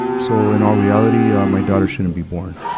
so, in all reality, um, my daughter shouldn't be born,